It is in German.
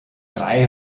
drei